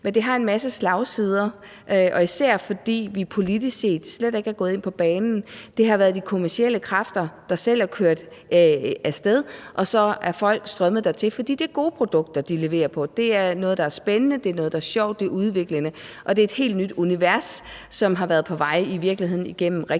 men det har en masse slagsider, og især fordi vi politisk set slet ikke er gået ind på banen. Det har været de kommercielle kræfter, der selv er kørt af sted, og så er folk strømmet dertil, fordi det er gode produkter, de leverer på. Det er noget, der er spændende, det er noget, der er sjovt, det er udviklende, og det er et helt nyt univers, som i virkeligheden har været på vej igennem rigtig